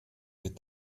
mit